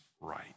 right